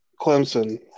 Clemson